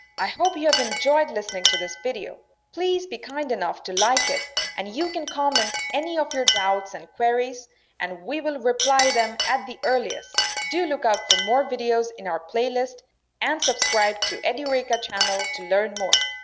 i hope you have enjoyed listening to this video. please be kind enough to like it and you can comment any of your doubts and queries and we will reply them at the earliest do look out for more videos in our playlist and subscribe to edureka channel to learn more.